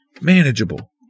manageable